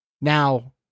Now